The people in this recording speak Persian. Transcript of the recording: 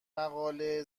مقاله